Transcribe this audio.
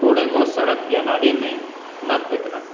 کوڑے کو سڑک یا نالی میں نہ پھینکنا